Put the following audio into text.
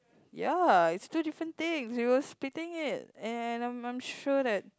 ya it's two different thing you were splitting it and I I'm I'm sure that